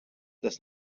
das